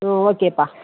ம் ஓகேப்பா